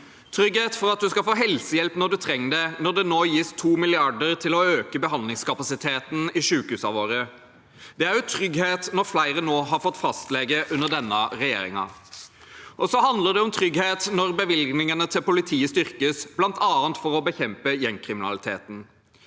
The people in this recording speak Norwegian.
trygghet for at du skal få helsehjelp når du trenger det, når det nå gis 2 mrd. kr til å øke behandlingskapasiteten i sykehusene våre. Det er også trygghet når flere har fått fastlege under denne regjeringen. Og det handler om trygghet når bevilgningene til politiet styrkes, bl.a. for å bekjempe gjengkriminaliteten.